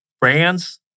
brands